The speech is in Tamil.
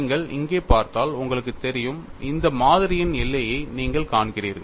நீங்கள் இங்கே பார்த்தால் உங்களுக்குத் தெரியும் இந்த மாதிரியின் எல்லையை நீங்கள் காண்கிறீர்கள்